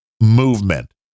movement